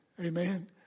Amen